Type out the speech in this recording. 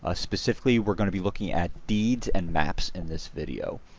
ah specifically we're going to be looking at deeds and maps in this video.